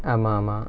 ஆமா ஆமா:aamaa aamaa